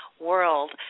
World